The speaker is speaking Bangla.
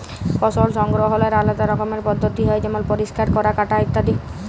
ফসল সংগ্রহলের আলেদা রকমের পদ্ধতি হ্যয় যেমল পরিষ্কার ক্যরা, কাটা ইত্যাদি